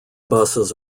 buses